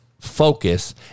focus